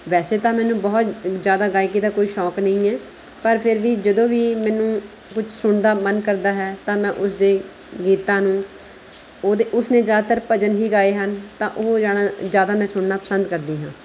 ਵੈਸੇ ਤਾਂ ਮੈਨੂੰ ਬਹੁਤ ਜ਼ਿਆਦਾ ਗਾਇਕੀ ਦਾ ਕੋਈ ਸ਼ੌਂਕ ਨਹੀਂ ਹੈ ਪਰ ਫਿਰ ਵੀ ਜਦੋਂ ਵੀ ਮੈਨੂੰ ਕੁਛ ਸੁਣਨ ਦਾ ਮਨ ਕਰਦਾ ਹੈ ਤਾਂ ਮੈਂ ਉਸਦੇ ਗੀਤਾਂ ਨੂੰ ਉਹਦੇ ਉਸਨੇ ਜ਼ਿਆਦਾਤਰ ਭਜਨ ਹੀ ਗਾਏ ਹਨ ਤਾਂ ਉਹ ਜ਼ਿਆਦਾ ਮੈਂ ਸੁਣਨਾ ਪਸੰਦ ਕਰਦੀ ਹਾਂ